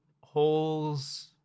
holes